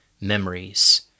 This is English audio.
memories